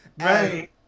right